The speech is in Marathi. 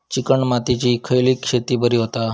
चिकण मातीत खयली शेती बरी होता?